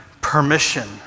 permission